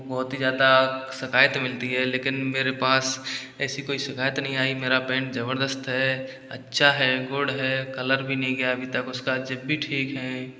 बहुत ही ज़्यादा शिकायत मिलती है लेकिन मेरे पास ऐसी कोई शिकायत नहीं आई मेरा पैंट जबरदस्त है अच्छा है गुड है कलर भी नहीं गया अभी तक उसका जेब भी ठीक है